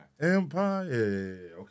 Empire